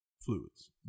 Fluids